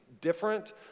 different